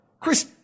Chris